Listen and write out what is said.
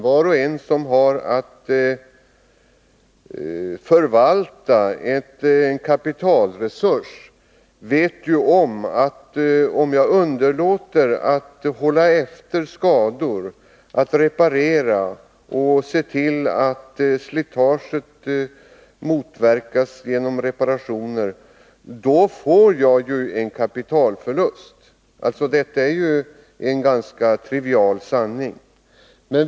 Var och en som har att förvalta en kapitalresurs vet att om man underlåter att hålla efter skador, reparera och motverka slitage, drabbas man av en kapitalförlust. Detta är en ganska trivial sanning.